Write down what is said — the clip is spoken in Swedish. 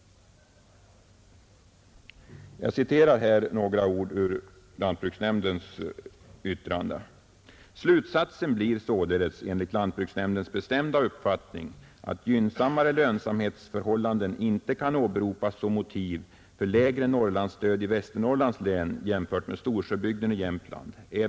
Jag citerar här några ord ur lantbruksnämndens yttrande: ”Slutsatsen blir således enligt lantbruksnämndens bestämda uppfattning att gynnsammare lönsamhetsförhållanden inte kan åberopas som motiv för lägre norrlandsstöd i Västernorrlands län jämfört med Storsjöbygden i Jämtlands län.